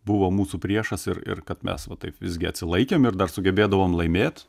buvo mūsų priešas ir ir kad mes va taip visgi atsilaikėm ir dar sugebėdavom laimėt